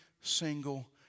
single